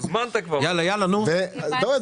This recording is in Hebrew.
באמת